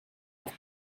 auf